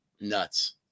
nuts